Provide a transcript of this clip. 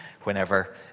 whenever